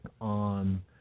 on